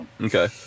Okay